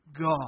God